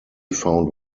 found